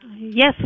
Yes